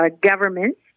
government